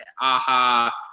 AHA